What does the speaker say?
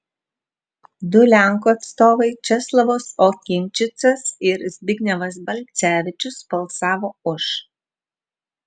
du lenkų atstovai česlovas okinčicas ir zbignevas balcevičius balsavo už